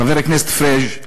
חבר הכנסת פריג':